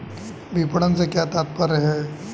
विपणन से क्या तात्पर्य है?